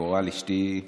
קורל אשתי,